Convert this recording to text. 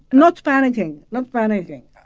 not panicking, not panicking.